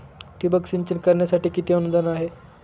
ठिबक सिंचन करण्यासाठी किती अनुदान आहे?